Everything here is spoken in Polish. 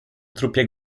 trupie